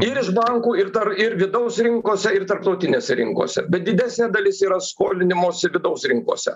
ir iš bankų ir dar ir vidaus rinkose ir tarptautinėse rinkose bet didesnė dalis yra skolinimosi vidaus rinkose